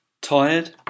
Tired